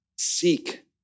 Seek